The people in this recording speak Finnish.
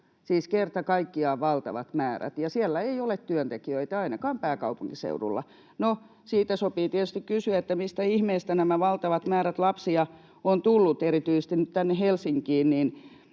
siis kerta kaikkiaan valtavat määrät, ja siellä ei ole työntekijöitä, ainakaan pääkaupunkiseudulla. No, sitä sopii tietysti kysyä, että mistä ihmeestä nämä valtavat määrät lapsia ovat tulleet erityisesti tänne Helsinkiin.